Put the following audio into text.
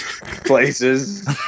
Places